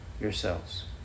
yourselves